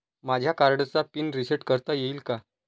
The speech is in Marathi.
माझ्या कार्डचा पिन रिसेट करता येईल का?